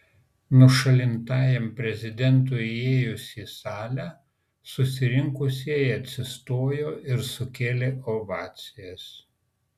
nušalintajam prezidentui įėjus į salę susirinkusieji atsistojo ir sukėlė ovacijas